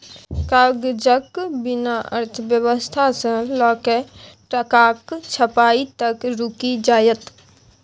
कागजक बिना अर्थव्यवस्था सँ लकए टकाक छपाई तक रुकि जाएत